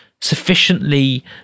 sufficiently